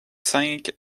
cinq